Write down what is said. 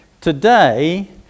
today